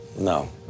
No